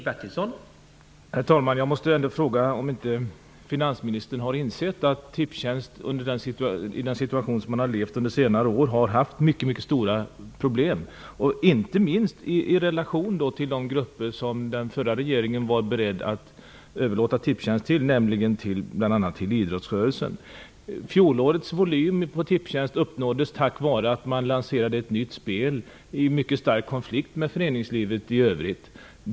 Herr talman! Jag måste ändå fråga om inte finansministern har insett att Tipstjänst i den situation som det levt under senare år har haft mycket stora problem. Det gäller inte minst i relation till de grupper som den förra regeringen var beredd att överlåta Fjolårets volym i Tipstjänst uppnåddes tack vare att man lanserade ett nytt spel i mycket starkt konflikt med föreningslivet i övrigt.